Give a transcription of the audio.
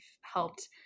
helped